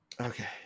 Okay